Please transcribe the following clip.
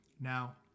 Now